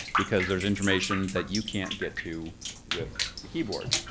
because there's information that you can't get to with the keyboard.